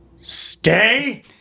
stay